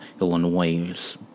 Illinois